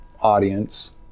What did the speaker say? audience